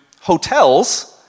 hotels